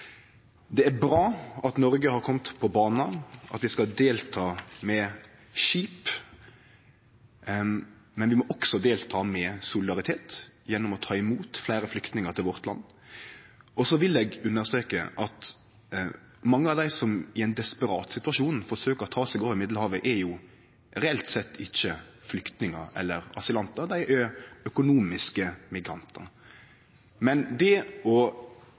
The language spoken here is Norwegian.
Det er bra at Noreg har kome på banen, at vi skal delta med skip, men vi må også delta med solidaritet gjennom å ta imot fleire flyktningar til landet vårt. Så vil eg understreke at mange av dei som i ein desperat situasjon forsøkjer å ta seg over Middelhavet, reelt sett ikkje er flyktningar eller asylantar, men økonomiske migrantar. Men